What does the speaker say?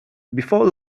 before